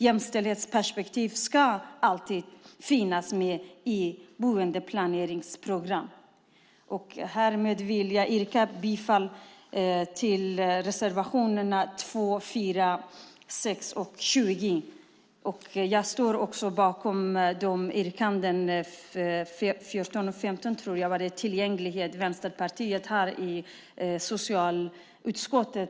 Jämställdhetsperspektivet ska alltid finnas med i ett boendeplaneringsprogram. Jag yrkar bifall till reservationerna 2, 4, 6 och 20. Jag står också bakom yrkandena 14 och 15 - tror jag det var - om tillgänglighet, som Vänsterpartiet har i socialutskottet.